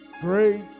Grace